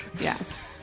Yes